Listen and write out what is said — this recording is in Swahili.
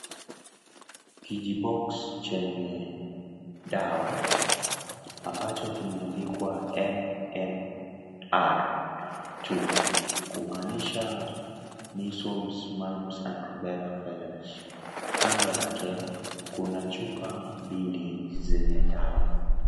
Kijibox chenye dawa ambacho kimeandikwa MMR2 kumaanisha Measles, Mumps, and Rubella Virus , kando yake kuna chupa mbili zenye dawa.